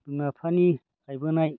बिमा बिफानि गायबोनाय